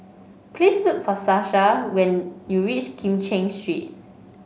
please look for Sasha when you reach Kim Cheng Street